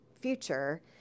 future